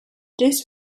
this